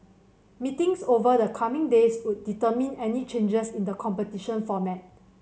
meetings over the coming days would determine any changes in the competition format